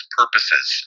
purposes